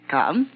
Come